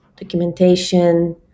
documentation